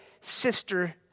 Sister